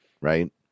right